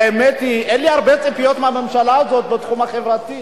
האמת היא שאין לי הרבה ציפיות מהממשלה הזאת בתחום החברתי.